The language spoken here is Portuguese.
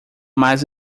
mas